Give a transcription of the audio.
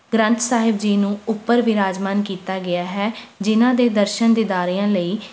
ਗ੍ਰੰਥ ਸਾਹਿਬ ਜੀ ਨੂੰ ਉੱਪਰ ਬਿਰਾਜਮਾਨ ਕੀਤਾ ਗਿਆ ਹੈ ਜਿਨ੍ਹਾਂ ਦੇ ਦਰਸ਼ਨ ਦੀਦਾਰਿਆਂ ਲਈ